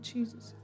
Jesus